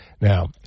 Now